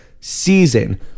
season